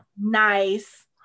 Nice